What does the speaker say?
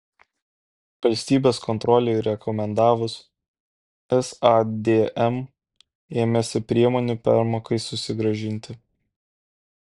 valstybės kontrolei rekomendavus sadm ėmėsi priemonių permokai susigrąžinti